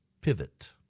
pivot